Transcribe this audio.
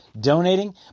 donating